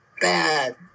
bad